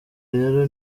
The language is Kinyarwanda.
rero